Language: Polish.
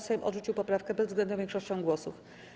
Sejm odrzucił poprawkę bezwzględną większością głosów.